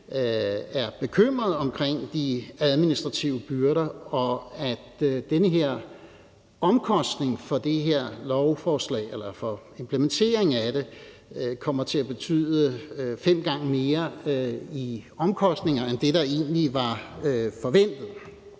er bekymret over de administrative byrder, og at den her omkostning for implementeringen af det her lovforslag kommer til at betyde fem gange mere i omkostninger end det, der egentlig var forventet.